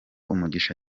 umugisha